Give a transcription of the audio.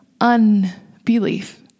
unbelief